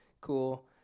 Cool